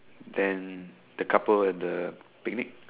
than the couple at the picnic